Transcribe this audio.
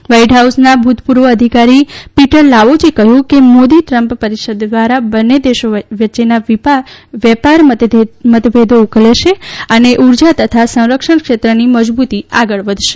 white હાઉસના ભૂતપૂર્વ અધિકારી પીટર લાવોચે કહ્યું કે મોદી ટ્રમ્પ પરિષદ દ્વારા બંને દેશો વચ્ચેના વેપાર મતભેદો ઉકલશે અને ઉર્જા તથા સંરક્ષણ ક્ષેત્રની સમજૂતી આગળ વધશે